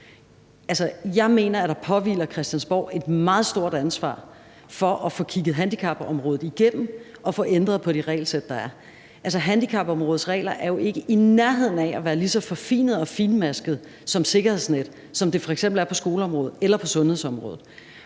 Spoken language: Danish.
jeg mener, at der påhviler Christiansborg et meget stort ansvar for at få kigget handicapområdet igennem og få ændret på det regelsæt, der er. Handicapområdets regler er jo ikke i nærheden af at være lige så forfinet og finmasket et sikkerhedsnet, som det f.eks. er på skoleområdet eller på sundhedsområdet.